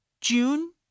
June